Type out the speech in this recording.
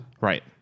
Right